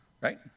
right